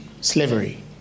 slavery